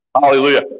Hallelujah